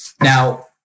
Now